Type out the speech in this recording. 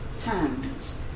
hands